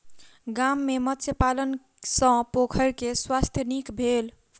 गाम में मत्स्य पालन सॅ पोखैर के स्वास्थ्य नीक भेल